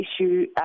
issue